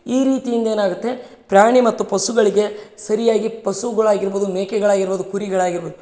ಈ ರೀತಿಯಿಂದ ಏನಾಗುತ್ತೆ ಪ್ರಾಣಿ ಮತ್ತು ಪಶುಗಳಿಗೆ ಸರಿಯಾಗಿ ಪಶುಗಳಾಗಿರ್ಬೋದು ಮೇಕೆಗಳಾಗಿರ್ಬೋದು ಕುರಿಗಳಾಗಿರ್ಬೋದು